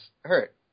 hurt